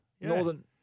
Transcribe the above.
Northern